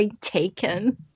taken